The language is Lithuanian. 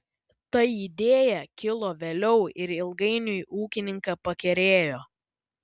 ta idėja kilo vėliau ir ilgainiui ūkininką pakerėjo